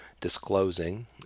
disclosing